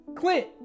Clint